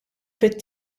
fit